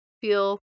feel